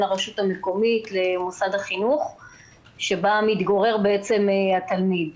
הרשות המקומית שבה מתגורר התלמיד לבין מוסד החינוך.